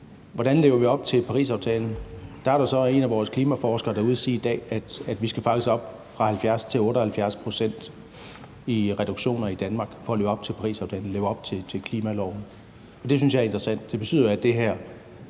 Hvordan lever vi op til Parisaftalen? Der er der jo så en af vores klimaforskere, der er ude at sige i dag, at vi faktisk skal fra 70 pct. op til 78 pct. i forhold til reduktioner i Danmark for at leve op til Parisaftalen og leve op til klimaloven. Det synes jeg er interessant. Det betyder jo, at det her